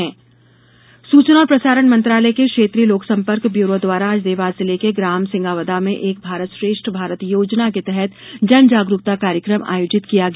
जन जागरूकता सूचना और प्रसारण मंत्रालय के क्षेत्रीय लोक सम्पर्क ब्यूरो द्वारा आज देवास जिले के ग्राम सिंगावदा मे एक भारत श्रेष्ठ भारत योजना के तहत जन जागरूकता कार्यक्रम आयोजित किया गया